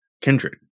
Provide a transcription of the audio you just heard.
kindred